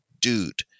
dude